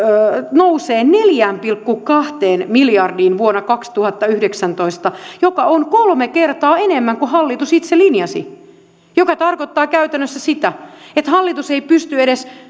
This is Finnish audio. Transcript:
nousee neljään pilkku kahteen miljardiin vuonna kaksituhattayhdeksäntoista joka on kolme kertaa enemmän kuin hallitus itse linjasi joka tarkoittaa käytännössä sitä että hallitus ei pysty edes